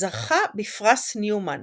זכה בפרס ניומן